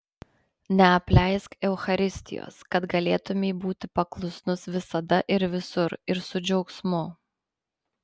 neapleisk eucharistijos kad galėtumei būti paklusnus visada ir visur ir su džiaugsmu